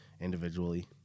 individually